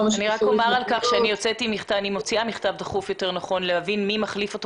אני אומר על כך שאני מוציאה מכתב דחוף כדי להבין מי מחליף את